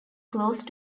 close